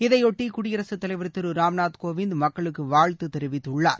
இதைபொட்டி குடியரசு தலைவர் திரு ராம்நாத் கோவிந்த் மக்களுக்கு வாழ்த்து தெரிவித்துள்ளார்